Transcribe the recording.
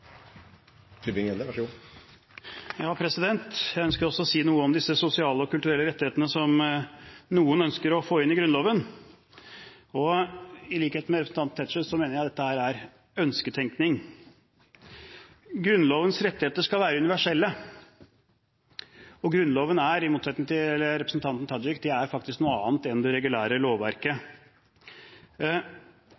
så sentrale, så viktige, at me ikkje vil at dei skal vera enkle for politikarar å endra. Jeg ønsker også å si noe om disse sosiale og kulturelle rettighetene som noen ønsker å få inn i Grunnloven. I likhet med representanten Tetzschner mener jeg at dette er ønsketenkning. Grunnlovens rettigheter skal være universelle, og Grunnloven er, i motsetning til det representanten Tajik står for, faktisk noe annet enn det regulære lovverket.